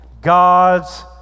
God's